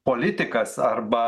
politikas arba